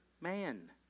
man